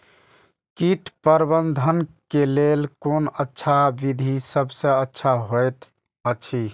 कीट प्रबंधन के लेल कोन अच्छा विधि सबसँ अच्छा होयत अछि?